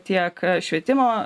tiek švietimo